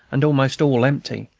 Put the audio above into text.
and almost all empty,